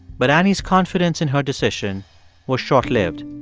but annie's confidence in her decision was short-lived.